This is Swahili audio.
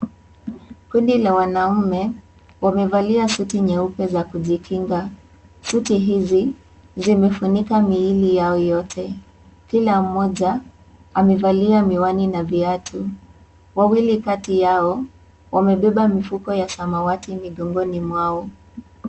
Kundi la wanaume wamevalia suti nyeupe za kujikinga, suti hizi zimefuika miili yao yote, kila mmoja amevalia miwani na viatu, wawili kati yao wamebeba mifuko ya samawati migongoni mwao.